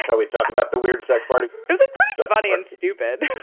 yeah we talk about the weird sex party isn't so funny and stupid